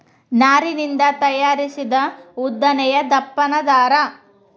ನಾರಿನಿಂದ ತಯಾರಿಸಿದ ಉದ್ದನೆಯ ದಪ್ಪನ ದಾರಾ